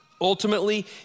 Ultimately